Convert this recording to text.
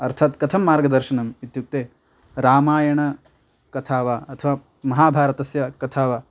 अर्थात् कथं मार्गदर्शनम् इत्युक्ते रामायणकथा वा अथवा महाभारतस्य कथा वा